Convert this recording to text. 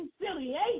reconciliation